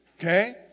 Okay